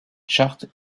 charts